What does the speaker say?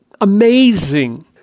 amazing